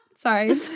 Sorry